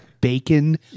bacon